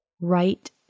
right